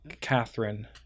Catherine